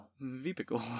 V-Pickle